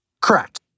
Correct